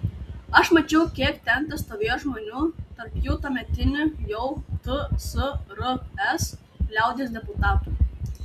aš mačiau kiek ten testovėjo žmonių tarp jų tuometinių jau tsrs liaudies deputatų